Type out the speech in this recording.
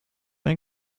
ein